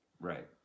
Right